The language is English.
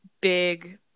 big